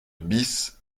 bis